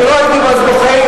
אני לא הייתי אז בחיים,